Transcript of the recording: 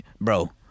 Bro